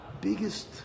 biggest